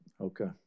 Okay